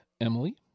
Emily